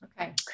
Okay